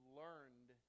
learned